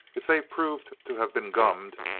if they proved to have been gummed,